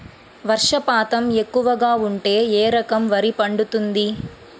వర్షపాతం ఎక్కువగా ఉంటే ఏ రకం వరి పండుతుంది?